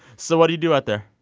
so what do you do out there?